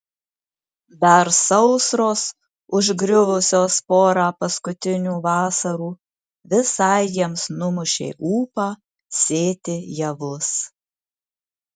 dar sausros užgriuvusios porą paskutinių vasarų visai jiems numušė ūpą sėti javus